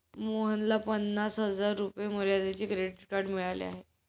मोहनला पन्नास हजार रुपये मर्यादेचे क्रेडिट कार्ड मिळाले आहे